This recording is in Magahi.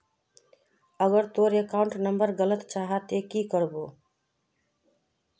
अगर तोर अकाउंट नंबर गलत जाहा ते की करबो?